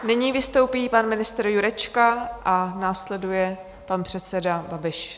Nyní vystoupí pan ministr Jurečka a následuje pan předseda Babiš.